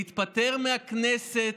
להתפטר מהכנסת,